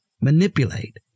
manipulate